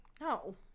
No